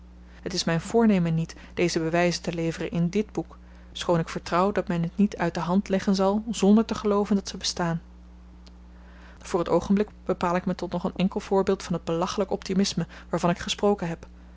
het is myn voornemen niet deze bewyzen te leveren in dit boek schoon ik vertrouw dat men t niet uit de hand leggen zal zonder te gelooven dat ze bestaan voor t oogenblik bepaal ik me tot nog een enkel voorbeeld van het belachelyk optimisme waarvan ik gesproken heb